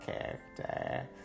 character